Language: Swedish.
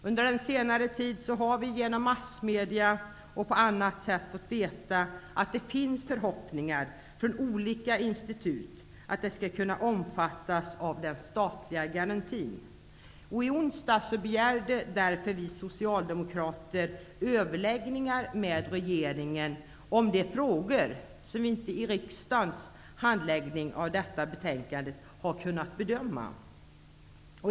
Under senare tid har vi genom massmedia, och på annat sätt, fått veta att det finns förhoppningar från olika institut att de skall kunna omfattas av den statliga garantin. I onsdags begärde därför vi socialdemokrater överläggningar med regeringen om de frågor som vi inte i riksdagens handläggning av detta betänkande kunnat bedöma.